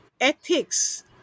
ethics